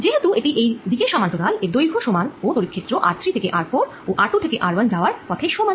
যেহেতু এটি এই দিকের সমান্তরাল এর দৈর্ঘ্য সমান ও তড়িৎ ক্ষেত্র r3 থেকে r4 ও r2 থেকে r1 যাওয়ার পথে সমান